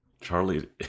Charlie